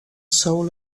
soul